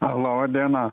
laba diena